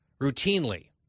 routinely